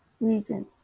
region